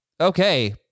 Okay